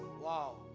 Wow